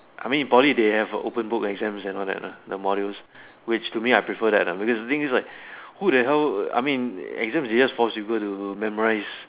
I mean in Poly they have open book exams and all that lah the modules which to me I prefer that lah because thing is like who the hell I mean exam is just force people to memorize